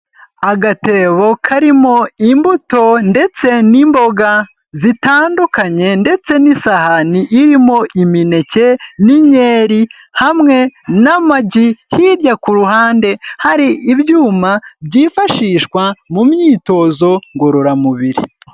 Agatebo karimo imbuto ndetse n'imboga zitandukanye ndetse n'isahani irimo imineke n'inkeri hamwe n'amagi, hirya ku ruhande hari ibyuma byifashishwa mu myitozo ngororamubiri.